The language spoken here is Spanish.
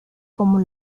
como